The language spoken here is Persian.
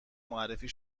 معرفی